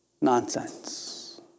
nonsense